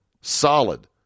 solid